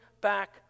back